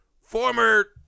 former